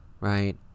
right